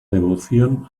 devoción